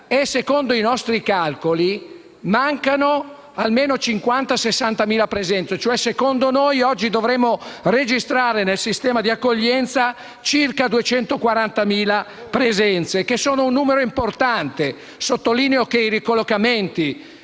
secondo i nostri calcoli, mancano almeno 50.000-60.000 presenze. Secondo noi dovremmo registrare nel sistema di accoglienza circa 240.000 presenze, che sono un numero importante. Sottolineo che i ricollocamenti